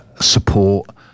support